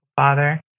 father